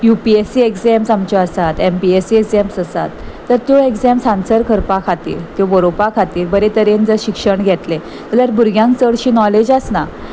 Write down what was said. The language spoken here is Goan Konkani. you P S C exams आमच्योसात M P S C exams आसात तर त्यो एग्जॅाम्स आन्सर करपा खातीर त्यो बरोवपा खातीर बरे तरेन जर शिक्षण घेतलें जाल्यार भुरग्यांक चडशी नॉलेज आसना